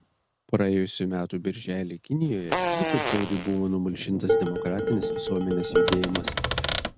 praėjusių metų birželį kinijoje ypač žiauriai buvo numalšintas demokratinis visuomenės judėjimas